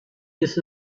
this